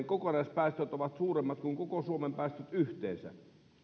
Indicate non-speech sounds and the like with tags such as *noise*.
*unintelligible* kokonaispäästöt ovat suuremmat kuin koko suomen päästöt yhteensä